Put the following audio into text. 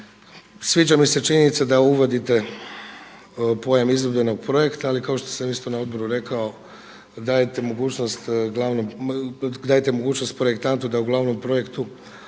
Sviđa mi se činjenica da uvodite pojam izvedbenog projekta, ali kao što sam isto na odboru rekao dajte mogućnost projektantu da u glavnom projektu